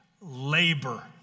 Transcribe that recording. labor